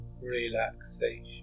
relaxation